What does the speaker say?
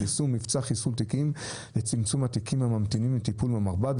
יישום מבצע חיסול תיקים וצמצום מספר התיקים הממתינים לטיפול במרב"ד.